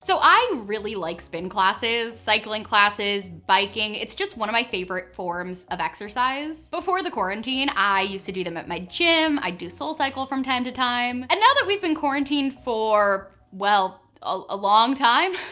so i really like spin classes, cycling classes, biking. it's just one of my favorite forms of exercise. before the quarantine, i used to do them at my gym. i do soulcycle from time to time and now that we've been quarantined for well, a long time,